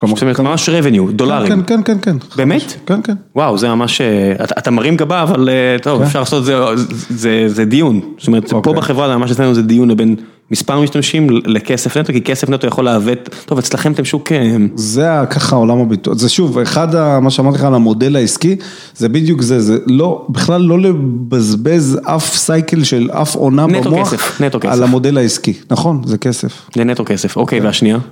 זאת אומרת ממש revenue, דולרים. כן, כן, כן. באמת? כן, כן. וואו, זה ממש, אתה מרים גבה, אבל טוב, אפשר לעשות, זה זה דיון. זאת אומרת, פה בחברה, מה שיש לנו זה דיון לבין מספר המשתמשים לכסף נטו, כי כסף נטו יכול לעוות, טוב, אצלכם אתם שוקים. זה ככה, עולם הביטוי, זה שוב, אחד מה שאמרתי לך על המודל העסקי, זה בדיוק זה, זה בכלל לא לבזבז אף סייקל של אף עונה במוח. נטו כסף, נטו כסף. על המודל העסקי, נכון, זה כסף. זה נטו כסף, אוקיי, והשנייה?